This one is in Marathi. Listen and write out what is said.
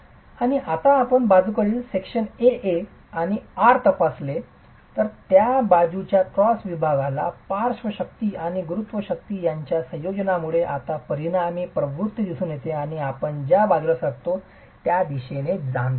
आणि आता आपण बाजूकडील A A आणि R तपासले तर त्या बाजूच्या क्रॉस विभागाला पार्श्व शक्ती आणि गुरुत्व शक्ती यांच्या संयोजनामुळे आता परिणामीची प्रवृत्ती दिसून येते आणि आपण ज्या बाजूला सरकतो त्या दिशेने जाणतो